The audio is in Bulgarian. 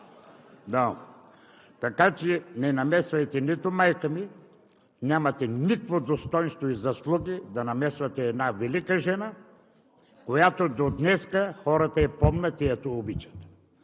Ви я дам. Не намесвайте нито майка ми – нямате никакво достойнство и заслуги да намесвате една велика жена, която до днес хората помнят и обичат.